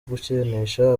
gukinisha